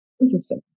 interesting